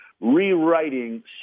rewriting